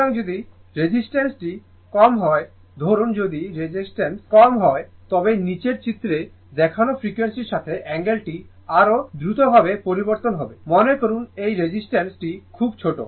সুতরাং যদি রেজিস্টেন্সটি কম হয় ধরুন যদি রেজিস্টেন্স কম হয় তবে নীচের চিত্রে দেখানো ফ্রিকোয়েন্সির সাথে অ্যাঙ্গেলটি আরও দ্রুতভাবে পরিবর্তিত হবে মনে করুন এই রেজিস্টেন্স টি খুব ছোট